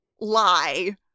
lie